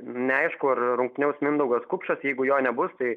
neaišku ar rungtyniaus mindaugas kupšas jeigu jo nebus tai